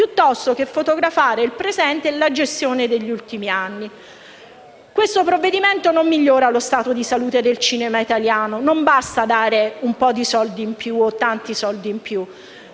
piuttosto che fotografare il presente e la gestione degli ultimi anni. Questo provvedimento non migliora lo stato di salute del cinema italiano. Non basta dare un po’ di soldi in più e nemmeno tanti soldi in più,